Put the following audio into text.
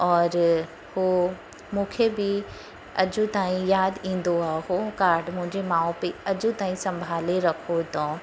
और हो मूंखे बि अॼु ताईं यादि ईंदो आहे हो कार्ड मुंहिंजे माउ पीउ अॼु ताईं संभाले रखो अथऊं